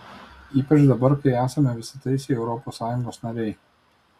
ypač dabar kai esame visateisiai europos sąjungos nariai